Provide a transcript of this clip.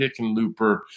Hickenlooper